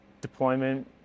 deployment